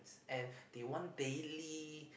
and they want daily